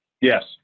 yes